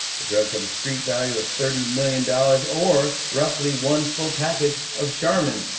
the drugs have a street value of thirty million dollars, or roughly one full package of charmin.